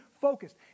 focused